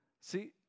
See